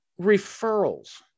referrals